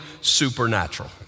supernatural